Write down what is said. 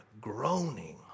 groaning